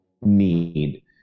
need